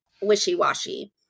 wishy-washy